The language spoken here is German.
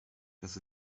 das